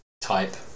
type